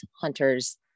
hunters